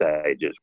stages